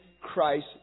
Christ